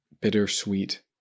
bittersweet